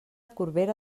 corbera